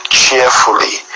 cheerfully